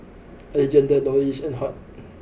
Alejandra Loris and Hart